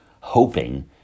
Hoping